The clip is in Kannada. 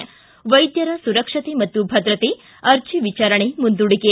ಿ ವೈದ್ಯರ ಸುರಕ್ಷತೆ ಮತ್ತು ಭದ್ರತೆ ಅರ್ಜಿ ವಿಚಾರಣೆ ಮುಂದೂಡಿಕೆ